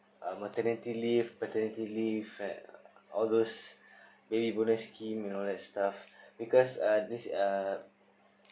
uh maternity leave paternity leave and all those baby bonus scheme and all that stuff because uh this uh